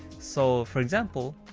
so for example,